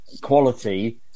quality